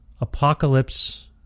Apocalypse